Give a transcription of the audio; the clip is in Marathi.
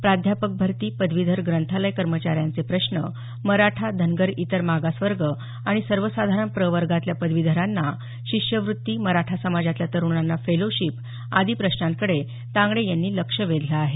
प्राध्यापक भरती पदवीधर ग्रंथालय कर्मचाऱ्यांचे प्रश्न मराठा धनगर इतर मागासवर्ग आणि सर्वसाधारण प्रवर्गातल्या पदवीधरांना शिष्यव्रत्ती मराठा समाजातल्या तरुणांना फेलोशिप आदी प्रश्नांकडे तांगडे यांनी लक्ष वेधलं आहे